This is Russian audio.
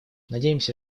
надеемся